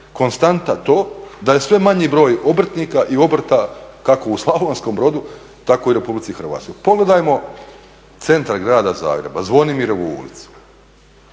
konstanta to da je sve manji broj obrtnika i obrta kako u Slavonskom Brodu tako i Republici Hrvatskoj. Pogledajmo centar grada Zagreba, Zvonimirovu ulicu